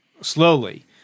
slowly –